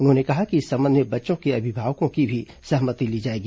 उन्होंने कहा कि इस संबंध में बच्चों के अभिभावकों की भी सहमति ली जाएगी